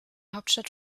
hauptstadt